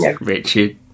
Richard